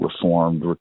reformed